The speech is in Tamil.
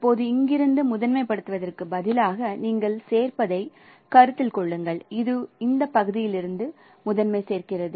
இப்போது இங்கிருந்து முதன்மைப்படுத்துவதற்கு பதிலாக நீங்கள் சேர்ப்பதைக் கருத்தில் கொள்ளுங்கள் இது இந்த பகுதியிலிருந்து முதன்மை சேர்க்கிறது